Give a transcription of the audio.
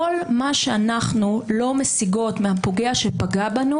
כל מה שאנחנו לא משיגות מהפוגע שפגע בנו.